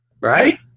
right